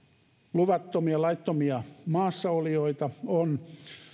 luvattomia laittomia maassa olijoita on